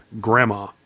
Grandma